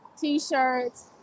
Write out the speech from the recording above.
t-shirts